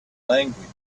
language